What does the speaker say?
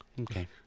Okay